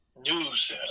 news